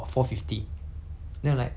我那时候什么都没有 liao 连